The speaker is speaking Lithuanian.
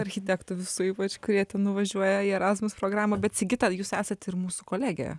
architektų visų ypač kurie ten nuvažiuoja į erazmus programą bet sigita jūs esat ir mūsų kolegė